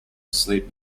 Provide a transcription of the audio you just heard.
sleep